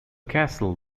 castle